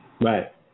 Right